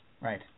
Right